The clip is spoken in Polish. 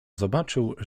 zobaczył